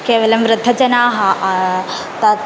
केवलं वृद्धजनाः तत्